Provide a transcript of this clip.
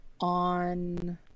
On